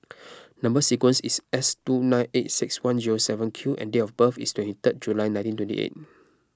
Number Sequence is S two nine eight six one zero seven Q and date of birth is twenty third July nineteen twenty eight